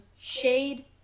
shade